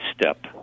step